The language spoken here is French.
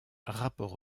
rapport